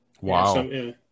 wow